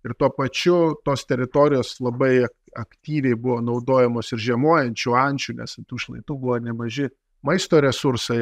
ir tuo pačiu tos teritorijos labai aktyviai buvo naudojamos ir žiemojančių ančių nes ant tų šlaitų buvo nemaži maisto resursai